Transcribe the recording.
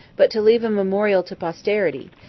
but to leave a memorial to posterity,